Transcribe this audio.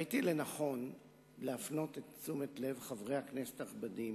ראיתי לנכון להפנות את תשומת הלב של חברי הכנסת הנכבדים